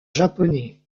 japonais